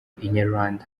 inyarwanda